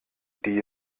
die